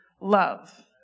love